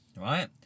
Right